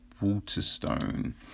Waterstone